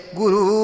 guru